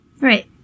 Right